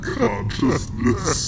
consciousness